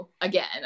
again